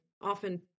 often